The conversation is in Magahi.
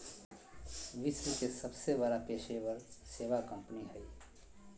विश्व के सबसे बड़ा पेशेवर सेवा कंपनी हइ